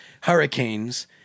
hurricanes